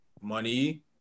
money